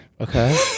okay